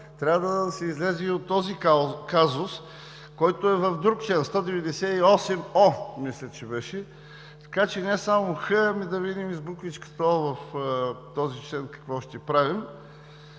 Трябва да се излезе и от този казус, който е в друг член, мисля, че беше чл. 198о. Така че не само „х“, но да видим и с буквичката „о“ в този член какво ще правим.